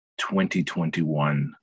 2021